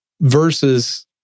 versus